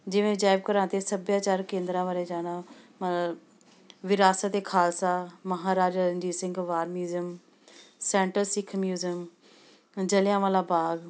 ਜਿਵੇਂ ਅਜਾਇਬ ਘਰਾਂ ਅਤੇ ਸੱਭਿਆਚਾਰਕ ਕੇਂਦਰਾਂ ਬਾਰੇ ਜਾਣਨਾ ਵਿਰਾਸਤ e Khalsa Maharaja Ranjit Singh war museum centre Sikh museum Jallianwala ਬਾਗ਼